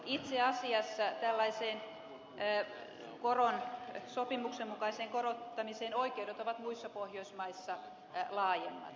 itse asiassa oikeudet tällaiseen koron sopimuksenmukaiseen korottamiseen ovat muissa pohjoismaissa laajemmat